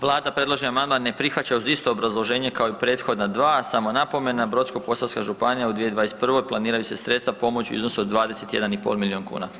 Vlada predloženi amandman ne prihvaća uz isto obrazloženje kao i u prethodna 2. Samo napomena, Brodsko-posavska županija u 2021., planiraju se sredstva pomoći u iznosu od 21,5 milijun kuna.